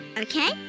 okay